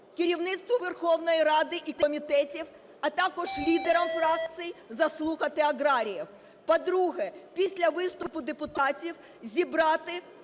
керівництву Верховної Ради і комітетів, а також лідерам фракцій заслухати аграріїв; по-друге, після виступу депутатів зібрати